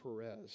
Perez